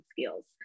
skills